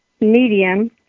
medium